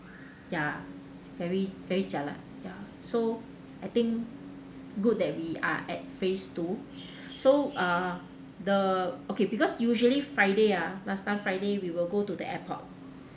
ya very very jialat ya so I think good that we are at phase two so uh the okay because usually friday ah last time friday we will go to the airport